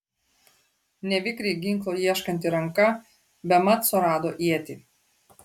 nevikriai ginklo ieškanti ranka bemat surado ietį